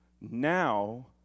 Now